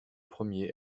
premier